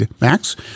Max